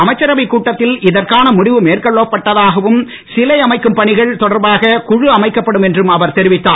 அமைச்சரவை கூட்டத்தில் இதற்கான முடிவு மேற்கொள்ளப்பட்டதாகவும் சிலை அமைக்கும் பணிகள் தொடர்பாக குழு அமைக்கப்படும் என்றும் அவர் தெரிவித்தார்